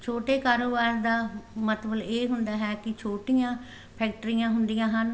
ਛੋਟੇ ਕਾਰੋਬਾਰ ਦਾ ਮਤਲਬ ਇਹ ਹੁੰਦਾ ਹੈ ਕਿ ਛੋਟੀਆਂ ਫੈਕਟਰੀਆਂ ਹੁੰਦੀਆਂ ਹਨ